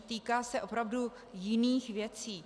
Týká se opravdu jiných věcí.